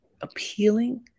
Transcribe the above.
appealing